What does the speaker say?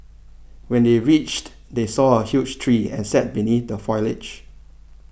when they reached they saw a huge tree and sat beneath the foliage